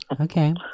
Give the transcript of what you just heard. Okay